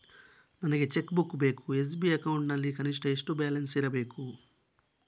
ನನಗೆ cheque book ಬೇಕು SB account ನಲ್ಲಿ ಕನಿಷ್ಠ ಎಷ್ಟು ಬ್ಯಾಲೆನ್ಸ್ ಇರಬೇಕು?